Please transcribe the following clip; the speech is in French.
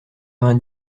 vingt